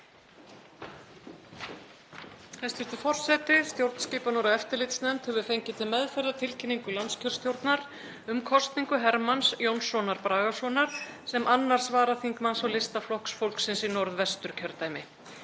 Hæstv. forseti. Stjórnskipunar- og eftirlitsnefnd hefur fengið til meðferðar tilkynningu landskjörstjórnar um kosningu Hermanns Jónssonar Bragasonar sem 2. varaþingmanns á lista Flokks fólksins í Norðvesturkjördæmi.